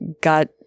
got